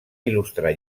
il·lustrar